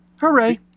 Hooray